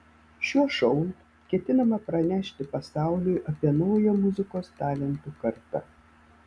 šiuo šou ketinama pranešti pasauliui apie naują muzikos talentų kartą